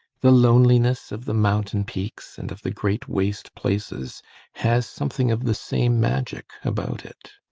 the loneliness of the mountain-peaks and of the great waste places has something of the same magic about it.